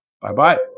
bye-bye